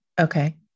Okay